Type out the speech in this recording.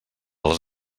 les